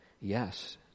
Yes